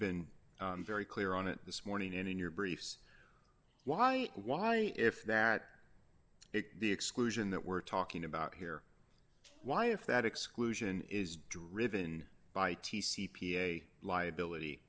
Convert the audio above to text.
been very clear on it this morning and in your briefs why why if that the exclusion that we're talking about here why if that exclusion is driven by t c p a liability